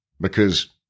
because-